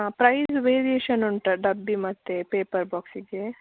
ಹಾಂ price variation ಉಂಟಾ ಡಬ್ಬಿ ಮತ್ತು ಪೇಪರ್ ಬಾಕ್ಸಿಗೆ